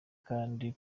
kandi